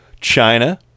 china